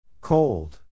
Cold